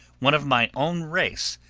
one of my own race,